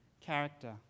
character